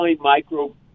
micro